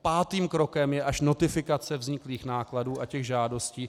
Pátým krokem je až notifikace vzniklých nákladů a žádostí.